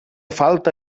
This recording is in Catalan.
falta